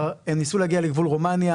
הם ניסו להגיע לגבול רומניה.